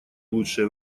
лучшее